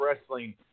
Wrestling